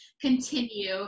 continue